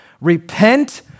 Repent